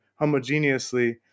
homogeneously